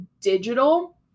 digital